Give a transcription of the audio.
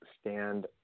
stand